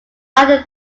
under